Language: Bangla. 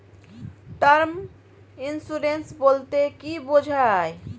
টার্ম ইন্সুরেন্স বলতে কী বোঝায়?